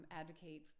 advocate